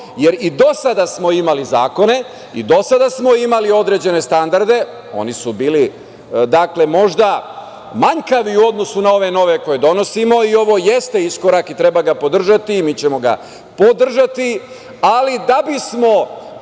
jer i do sada smo imali zakone i do sada smo imali određene standarde, oni su bili možda manjkavi, u odnosu na ove nove koje donosimo, i ovo jeste iskorak i treba ga podržati, mi ćemo ga podržati, ali da bi smo